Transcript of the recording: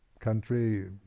country